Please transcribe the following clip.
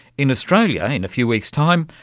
in australia, in a few weeks' time,